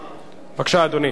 בבקשה, אדוני.